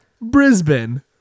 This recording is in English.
brisbane